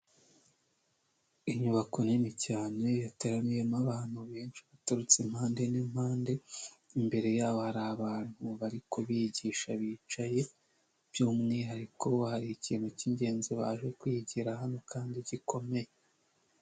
Inyubako nini cyane yateraniyemo abantu benshi baturutse impande n'impande, imbere yabo hari abantu bari kubigisha bicaye by'umwihariko hari ikintu cy'ingenzi baje kwigira hano kandi gikomeye.